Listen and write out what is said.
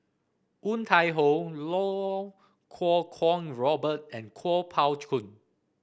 Woon Tai Ho Iau Kuo Kwong Robert and Kuo Pao Kun